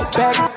back